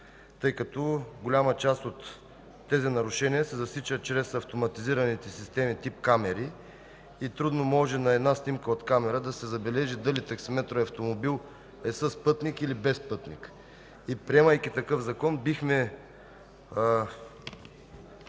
лентата. Голяма част от тези нарушения се засичат чрез автоматизираните системи тип „камери” и трудно може на една снимка от камера да се забележи дали таксиметровият автомобил е с пътник, или без пътник. Приемайки такъв закон, бихме